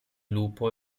lupo